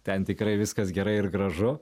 ten tikrai viskas gerai ir gražu